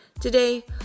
Today